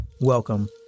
welcome